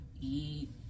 eat